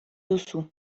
duzu